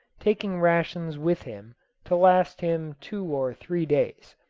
taking rations with him to last him two or three days.